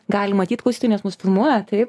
gali matyt klausytojai nes mus filmuoja taip